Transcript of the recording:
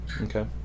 okay